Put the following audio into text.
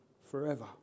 forever